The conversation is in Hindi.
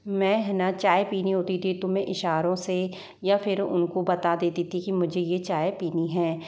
मैं है न चाय पीनी होती थी तो मैं इशारों से या फिर उनको बता देती थी की मुझे यह चाय पीनी है